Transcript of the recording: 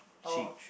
sheep